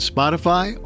Spotify